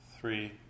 three